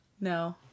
No